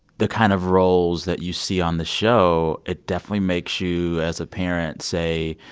the kind of roles that you see on the show it definitely makes you, as a parent, say,